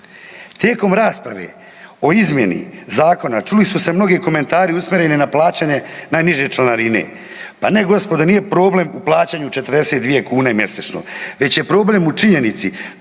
Tijekom rasprave o izmjeni Zakona čuli su se mnogi komentari usmjereni na plaćanje najniže članarine. Pa ne gospodo nije problem u plaćanju 42 kune mjesečno, već je problem u činjenici